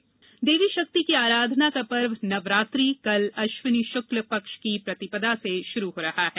नवरात्रि देवी शक्ति की आराधना का पर्व नवरात्रि कल अश्विनी शुक्ल पक्ष की प्रतिपदा से शुरू हो रहा है